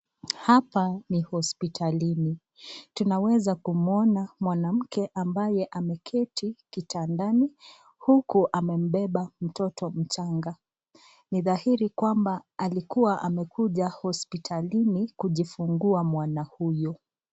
Hapa ni hospitalini. Tunaweza kumuona mwanamke ambaye ameketi kitandani huku amembeba mtoto mchanga. Ni dhahiri kwamba alikuwa amekuja hospitalini kujifungua mwana huyo.